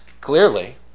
Clearly